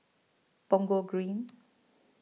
Punggol Green